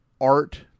art